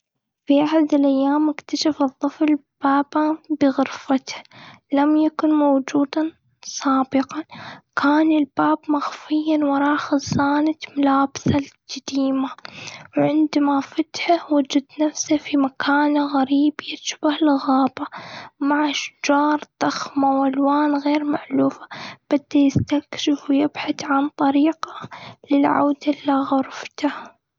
في أحد الأيام، إكتشف الطفل باباً بغرفته لم يكن موجوداً سابقاً. كان الباب مخفياً وراء خزانة ملابسه القديمة. وعندما فتحه، وجد نفسه في مكان غريب يشبه الغابة، مع أشجار ضخمة وألوان غير مألوفة. بدي يستكشف ويبحث عن طريقه للعودة إلى غرفته.